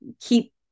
keep